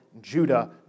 Judah